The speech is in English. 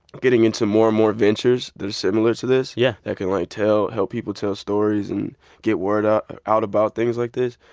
getting into more and more ventures that are similar to this. yeah. that can, like, tell help people tell stories and get word ah out about things like this.